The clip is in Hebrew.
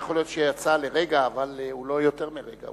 שיכול להיות שיצא לרגע אבל לא יותר מרגע,